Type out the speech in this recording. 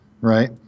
right